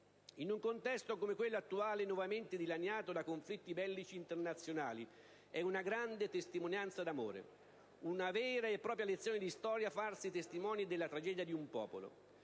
In un contesto come quello attuale, nuovamente dilaniato da conflitti internazionali, è una grande testimonianza d'amore, una vera e propria lezione di storia farsi testimoni della tragedia di un popolo,